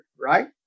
right